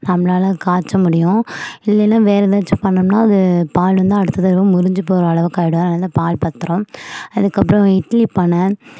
நம்மளால் காய்ச்ச முடியும் இல்லைனா வேற எதாச்சும் பண்ணோம்னால் அது பாலுந்தான் அடுத்த தடவை முறிஞ்சு போகிற அளவுக்கு ஆகிடும் அதனால்தான் பால் பாத்திரம் அதுக்கப்புறம் இட்லிபானை